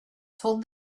told